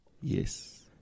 Yes